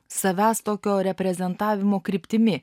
savęs tokio reprezentavimo kryptimi